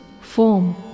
form